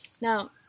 Now